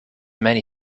many